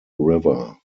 river